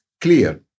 clear